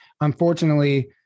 Unfortunately